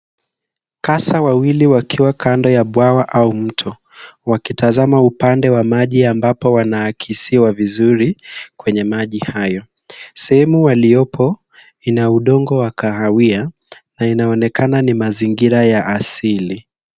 Tasa wawili wakiwa kando ya bwawa au mto wakitazama upande wa maji ambapo wanaakisiwa vizuri kwenye maji hayo. Sehemu waliyopo ina udongo wa kahawia na inaonekana ni mazingira ya asili.